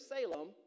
Salem